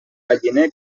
galliner